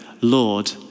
Lord